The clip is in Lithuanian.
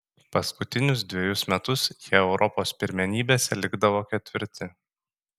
paskutinius dvejus metus jie europos pirmenybėse likdavo ketvirti